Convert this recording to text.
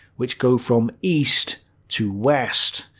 which go from east to west,